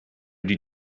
die